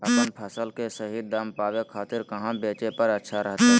अपन फसल के सही दाम पावे खातिर कहां बेचे पर अच्छा रहतय?